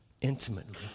intimately